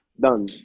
done